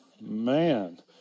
man